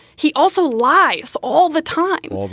he also lies all the time. well,